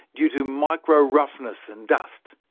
due to micro-roughness and dust.